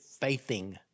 faithing